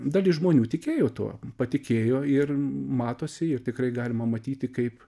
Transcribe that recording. dalis žmonių tikėjo tuo patikėjo ir matosi ir tikrai galima matyti kaip